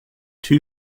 two